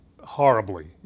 horribly